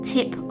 Tip